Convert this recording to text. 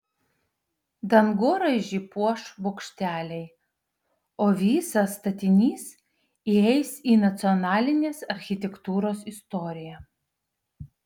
dangoraižį puoš bokšteliai o visas statinys įeis į nacionalinės architektūros istoriją